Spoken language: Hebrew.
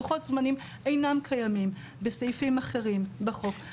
לוחות זמנים אינם קיימים בסעיפים אחרים בחוק.